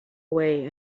away